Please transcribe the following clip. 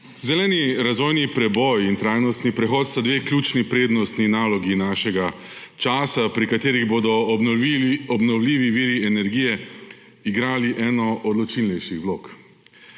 Zeleni razvojni preboj in trajnostni prehod sta dve ključni prednostni nalogi našega časa, pri katerih bodo obnovljivi viri energije igrali eno odločilnejših vlog.